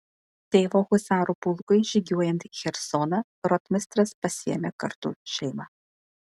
tėvo husarų pulkui žygiuojant į chersoną rotmistras pasiėmė kartu šeimą